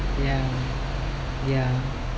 ya ya